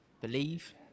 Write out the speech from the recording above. believe